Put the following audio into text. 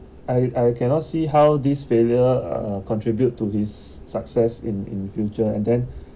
I I cannot see how this failure uh contribute to his success in in future and then